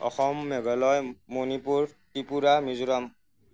Assam Meghalaya Manipur Tripura Mizoram